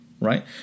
right